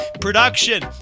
production